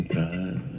time